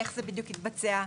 איך זה יתבצע בדיוק,